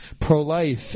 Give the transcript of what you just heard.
pro-life